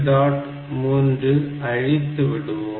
3 அழித்து விடுவோம்